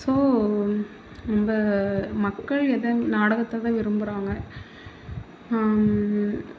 so நம்ம மக்கள் எதை நாடகத்தை தான் விரும்புகிறாங்க